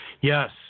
Yes